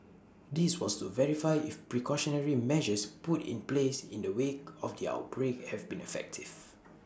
this was to verify if precautionary measures put in place in the wake of the outbreak have been effective